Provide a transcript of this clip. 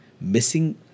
missing